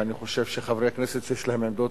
ואני חושב שחברי כנסת שיש להם עמדות